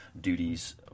duties